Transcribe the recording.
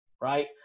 right